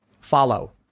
follow